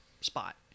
spot